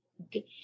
Okay